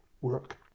work